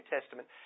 Testament